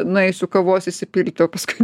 nueisiu kavos įsipilti o paskui